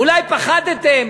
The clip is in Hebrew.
אולי פחדתם